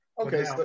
Okay